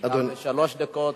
שלוש דקות.